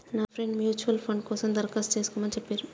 నా friend mutual fund కోసం దరఖాస్తు చేస్కోమని చెప్పిర్రు